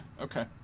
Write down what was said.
Okay